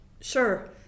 Sure